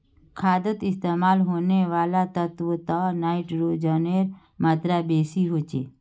खादोत इस्तेमाल होने वाला तत्वोत नाइट्रोजनेर मात्रा बेसी होचे